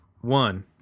one